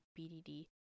BDD